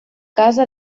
casa